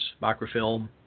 microfilm